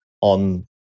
on